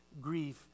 grief